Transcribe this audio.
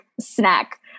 snack